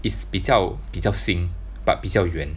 is 比较比较新 but 比较远